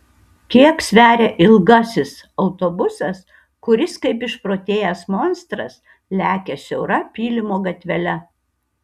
kiek sveria ilgasis autobusas kuris kaip išprotėjęs monstras lekia siaura pylimo gatvele